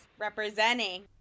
representing